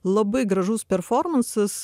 labai gražus performansas